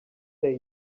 they